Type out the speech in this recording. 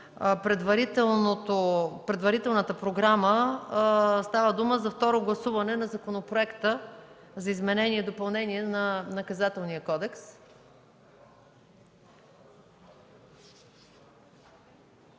предварителната програма става дума за Второ гласуване на Законопроекта за изменение и допълнение на Наказателния кодекс.